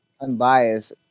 unbiased